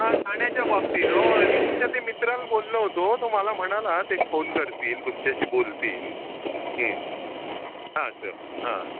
हां गाण्याच्या बाबतीत होय मी तुमच्या ते मित्राला बोललो होतो तो मला म्हणाला ते फोन करतील तुमच्याशी बोलतील असं हां